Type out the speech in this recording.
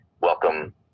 welcome